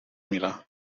milà